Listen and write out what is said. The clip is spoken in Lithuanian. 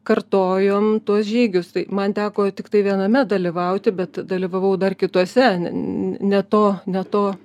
kartojom tuos žygius tai man teko tiktai viename dalyvauti bet dalyvavau dar kituose ne to ne to